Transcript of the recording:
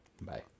Bye